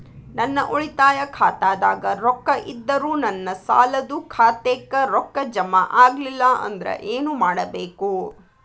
ನನ್ನ ಉಳಿತಾಯ ಖಾತಾದಾಗ ರೊಕ್ಕ ಇದ್ದರೂ ನನ್ನ ಸಾಲದು ಖಾತೆಕ್ಕ ರೊಕ್ಕ ಜಮ ಆಗ್ಲಿಲ್ಲ ಅಂದ್ರ ಏನು ಮಾಡಬೇಕು?